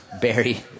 Barry